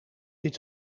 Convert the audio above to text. dit